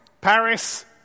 Paris